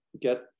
get